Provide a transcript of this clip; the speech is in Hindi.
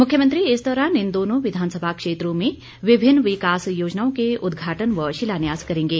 मुख्यमंत्री इस दौरान इन दोनों विधानसभा क्षेत्रों में विभिन्न विकास योजनाओं के उद्घाटन व शिलान्यास करेंगे